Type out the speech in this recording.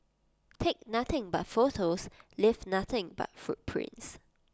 take nothing but photos leave nothing but footprints